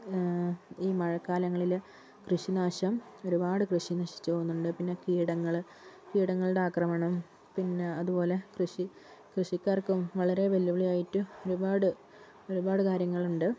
ഈ മഴക്കാലങ്ങളില് കൃഷിനാശം ഒരുപാട് കൃഷി നശിച്ച് പോവുന്നുണ്ട് പിന്നെ കീടങ്ങള് കീടങ്ങളുടെ ആക്രമണം പിന്നെ അതുപോലെ കൃഷി കൃഷിക്കാർക്കും വളരെ വെല്ലുവിളി ആയിട്ട് ഒരുപാട് ഒരുപാട് കാര്യങ്ങളുണ്ട്